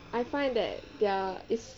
I find that their